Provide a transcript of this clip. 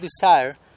desire